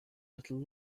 little